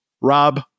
Rob